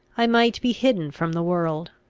i might be hidden from the world,